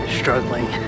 struggling